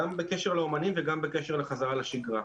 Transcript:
גם בקשר לאומנים וגם בקשר לחזרה לשגרה.